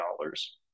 dollars